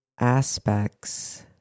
aspects